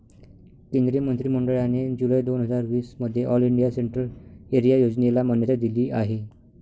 केंद्रीय मंत्रि मंडळाने जुलै दोन हजार वीस मध्ये ऑल इंडिया सेंट्रल एरिया योजनेला मान्यता दिली आहे